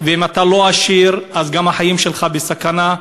אם אתה לא עשיר גם החיים שלך בסכנה.